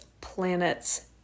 planets